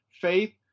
faith